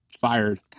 Fired